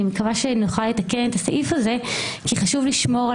אני מקווה שנוכל לתקן את הסעיף הזה כי חשוב לשמור על